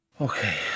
Okay